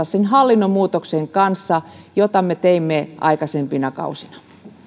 sen hallinnon muutoksen kanssa jota me teimme aikaisimpina kausina